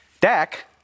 Dak